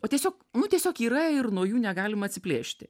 o tiesiog tiesiog yra ir nuo jų negalima atsiplėšti